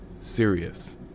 serious